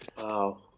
Wow